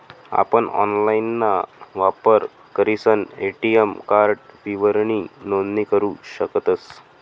आपण ऑनलाइनना वापर करीसन ए.टी.एम कार्ड विवरणनी नोंदणी करू शकतस